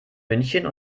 münchen